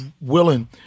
willing